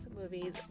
movies